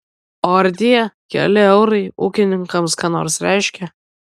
o ar tie keli eurai ūkininkams ką nors reiškia